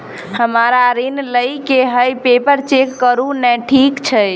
हमरा ऋण लई केँ हय पेपर चेक करू नै ठीक छई?